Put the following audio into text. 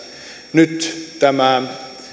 nyt tämä